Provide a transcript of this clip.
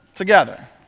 together